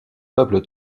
peuple